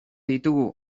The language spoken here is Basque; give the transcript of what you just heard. ditugu